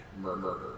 murder